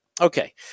okay